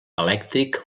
elèctric